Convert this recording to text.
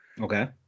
Okay